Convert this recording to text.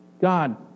God